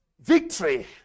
victory